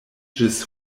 ĝis